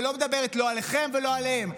ולא עליכם ולא עליהם,